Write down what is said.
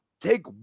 take